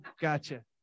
gotcha